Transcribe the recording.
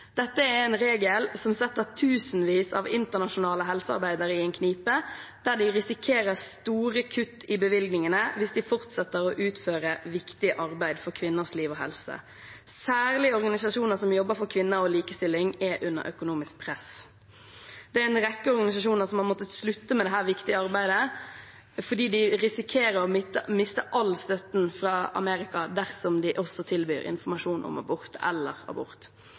Dette er en regel som setter tusenvis av internasjonale helsearbeidere i en knipe, der de risikerer store kutt i bevilgningene hvis de fortsetter å utføre viktig arbeid for kvinners liv og helse. Særlig organisasjoner som jobber for kvinner og likestilling, er under økonomisk press. Det er en rekke organisasjoner som har måttet slutte med dette viktige arbeidet fordi de risikerer å miste all støtten fra Amerika dersom de også tilbyr abort eller informasjon om abort.